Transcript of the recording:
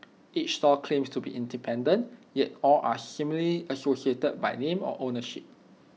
each stall claims to be independent yet all are seemingly associated by name or ownership